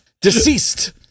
Deceased